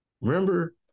Remember